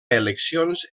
eleccions